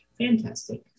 Fantastic